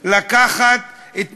שהכול משוריין לעניין,